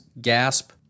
gasp